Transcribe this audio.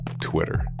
Twitter